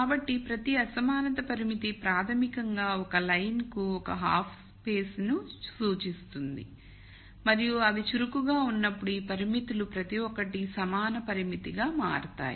కాబట్టి ప్రతి అసమానత పరిమితి ప్రాథమికంగా ఒక లైన్ కు ఒక హాఫ్ పేస్ సూచిస్తుంది మరియు అవి చురుకుగా మారినప్పుడు ఈ పరిమితులు ప్రతి ఒక్కటి సమాన పరిమితిగా మారుతాయి